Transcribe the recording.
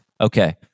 Okay